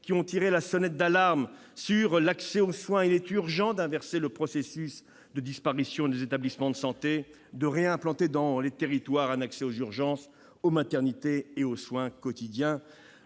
qui ont tiré la sonnette d'alarme sur l'accès aux soins. Il est urgent d'inverser le processus de disparition des établissements de santé et de réimplanter dans tous les territoires un accès aux urgences, aux maternités et aux soins quotidiens.